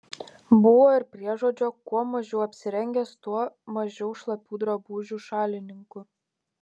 buvo ir priežodžio kuo mažiau apsirengęs tuo mažiau šlapių drabužių šalininkų